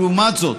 לעומת זאת,